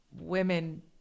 women